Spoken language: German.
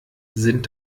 sind